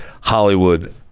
Hollywood